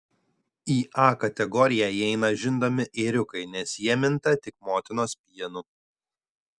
į a kategoriją įeina žindomi ėriukai nes jie minta tik motinos pienu